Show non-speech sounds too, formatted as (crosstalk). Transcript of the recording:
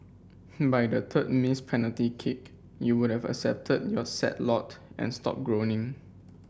by the (unintelligible) missed penalty kick you would've accepted your sad lot and stopped groaning